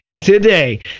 today